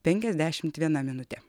penkiasdešimt viena minutė